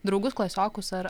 draugus klasiokus ar